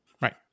Right